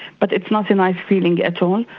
but it's not a nice feeling at all.